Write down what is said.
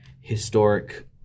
historic